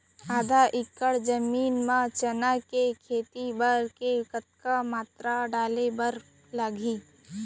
आधा एकड़ जमीन मा चना के खेती बर के कतका मात्रा डाले बर लागही?